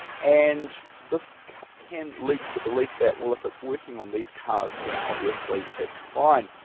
and this can lead to the belief that well if it's working on these cars then obviously it's fine.